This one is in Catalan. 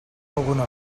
alguna